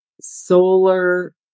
solar